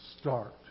start